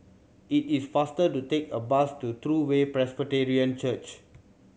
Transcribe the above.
it is faster to take a bus to True Way Presbyterian Church